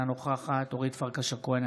אינה נוכחת אורית פרקש הכהן,